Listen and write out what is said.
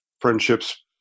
friendships